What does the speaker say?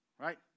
Right